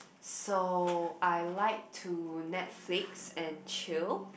so I like to Netflix and chill